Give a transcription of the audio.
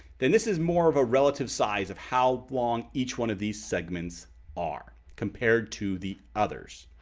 then this is more of a relative size of how long each one of these segments are compared to the others.